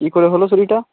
কী করে হলো চুরিটা